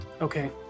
Okay